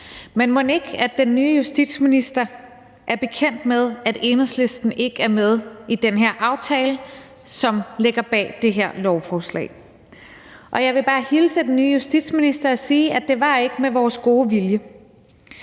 mon ikke den nye justitsminister er bekendt med, at Enhedslisten ikke er med i den her aftale, som ligger bag det her lovforslag. Jeg vil bare hilse den nye justitsminister og sige, at det ikke var med vores gode vilje.